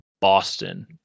Boston